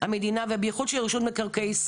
והיו לי אטמים מיוחדים לאוזן ימין.